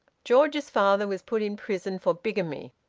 george's father was put in prison for bigamy.